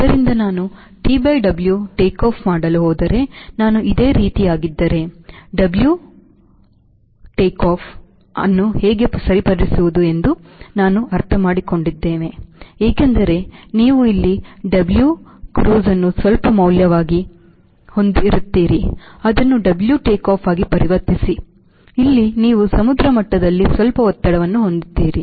ಆದ್ದರಿಂದ ನಾನು T W takeoff ಮಾಡಲು ಹೋದರೆ ನಾನು ಇದೇ ರೀತಿಯದ್ದಾಗಿದ್ದರೆ ಡಬ್ಲ್ಯೂ ಟೇಕ್ಆಫ್ ಅನ್ನು ಹೇಗೆ ಸರಿಪಡಿಸುವುದು ಎಂದು ನಾವು ಅರ್ಥಮಾಡಿಕೊಂಡಿದ್ದೇವೆ ಏಕೆಂದರೆ ನೀವು ಇಲ್ಲಿ ಡಬ್ಲ್ಯೂ ಕ್ರೂಸ್ ಅನ್ನು ಸ್ವಲ್ಪ ಮೌಲ್ಯವನ್ನು ಹೊಂದಿರುತ್ತೀರಿ ಅದನ್ನು ಡಬ್ಲ್ಯೂ ಟೇಕ್ಆಫ್ ಆಗಿ ಪರಿವರ್ತಿಸಿ ಇಲ್ಲಿ ನೀವು ಸಮುದ್ರ ಮಟ್ಟದಲ್ಲಿ ಸ್ವಲ್ಪ ಒತ್ತಡವನ್ನು ಹೊಂದಿದ್ದೀರಿ